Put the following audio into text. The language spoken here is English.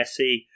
Messi